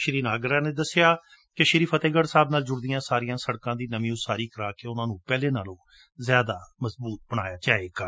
ਸ੍ਸੀ ਨਾਗਰ ਨੇ ਦੱਸਿਆ ਕਿ ਸ੍ਸੀ ਫਤਿਹਗੜੁ ਸਾਹਿਬ ਨਾਲ ਜੁੜਦੀਆਂ ਸਾਰੀਆਂ ਸੜਕਾਂ ਦੀ ਨਵੀ ਉਸਾਰੀ ਕਰਵਾਕੇ ਉਨ੍ਹਾਂ ਨੂੰ ਪਹਿਲਾਂ ਨਾਲੋਂ ਜਿਆਦਾ ਮਜਬੂਤ ਬਣਾਇਆ ਜਾ ਰਿਹੈ